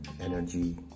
energy